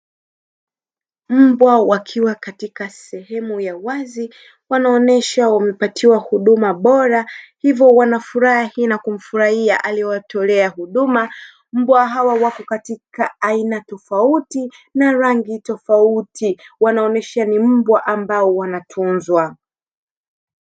Mbwa wakiwa katika sehemu ya wazi wanaonesha wamepatiwa huduma bora hivyo wanafurahi na kumfurahia aliyewatolea huduma mbwa hawa wako katika aina tofauti na rangi tofauti wanaonesha ni mbwa ambao wanatunzwa.